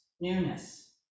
newness